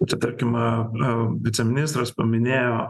čia tarkim a a viceministras paminėjo